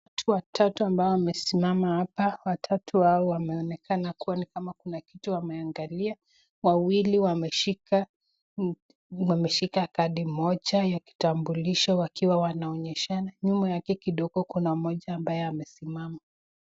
Watu watatu ambao wamesimama hapa. Watatu hao wameonekana kuwa ni kama kuna kitu wameangalia. Wawili wameshika kadi moja ya kitambilisho wakiwa wanaonyeshana. Nyuma yake kidogo kuna mmoja ambaye amesimama.